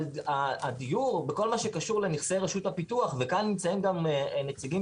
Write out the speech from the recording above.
אבל הדיור בכל מה שקשור לנכסי רשות הפיתוח וכאן נמצאים גם נציגים